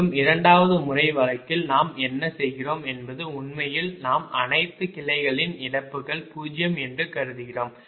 மற்றும் இரண்டாவது முறை வழக்கில் நாம் என்ன செய்கிறோம் என்பது உண்மையில் நாம் அனைத்து கிளைகளின் இழப்புகள் 0 என்று கருதுகிறோம்